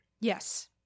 Yes